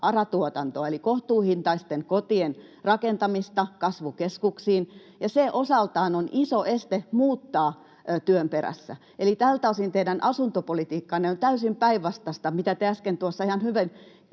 ARA-tuotantoa eli kohtuuhintaisten kotien rakentamista kasvukeskuksiin, ja se osaltaan on iso este muuttaa työn perässä. Eli tältä osin teidän asuntopolitiikkanne on täysin päinvastaista kuin mitä te äsken tuossa ihan hyvin